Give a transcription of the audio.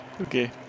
okay